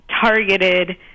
targeted